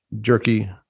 jerky